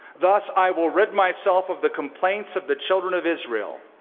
thus i will rid myself of the complaints of the children of israel,